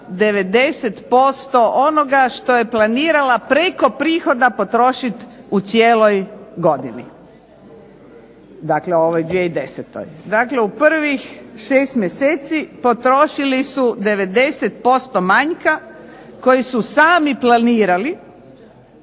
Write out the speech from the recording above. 90% onoga što je planirala preko prihoda potrošiti u cijeloj godini, dakle u ovoj 2010. Dakle u prvih 6 mjeseci potrošili su 90% manjka, koji su sami planirali